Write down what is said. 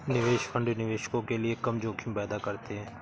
निवेश फंड निवेशकों के लिए कम जोखिम पैदा करते हैं